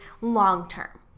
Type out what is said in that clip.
long-term